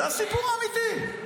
זה הסיפור האמיתי.